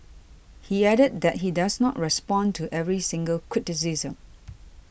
he added that he does not respond to every single criticism